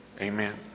amen